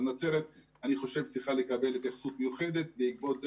אז אני חושב שנצרת צריכה לקבל התייחסות מיוחדת בעקבות זה